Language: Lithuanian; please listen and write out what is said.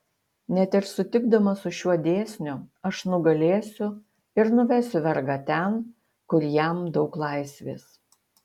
net ir sutikdamas su šiuo dėsniu aš nugalėsiu ir nuvesiu vergą ten kur jam daug laisvės